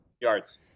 Yards